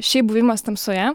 šiaip buvimas tamsoje